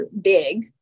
big